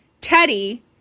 Teddy